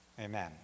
Amen